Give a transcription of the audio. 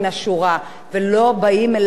בגיל 14 כך וכך עשית.